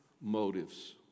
motives